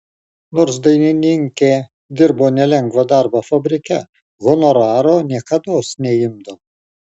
nors dainininkė dirbo nelengvą darbą fabrike honoraro niekados neimdavo